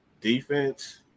defense